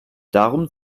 darum